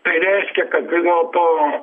tai reiškia kad dėl to